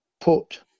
put